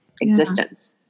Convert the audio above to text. existence